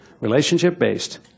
relationship-based